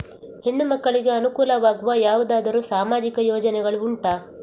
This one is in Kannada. ಹೆಣ್ಣು ಮಕ್ಕಳಿಗೆ ಅನುಕೂಲವಾಗುವ ಯಾವುದಾದರೂ ಸಾಮಾಜಿಕ ಯೋಜನೆಗಳು ಉಂಟಾ?